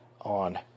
on